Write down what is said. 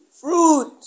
Fruit